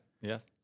yes